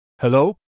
Hello